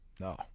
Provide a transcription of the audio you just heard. No